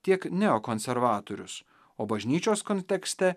tiek neokonservatorius o bažnyčios kontekste